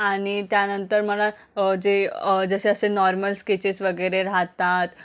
आणि त्यानंतर मला जे जसे असे नॉर्मल स्केचेस वगैरे राहतात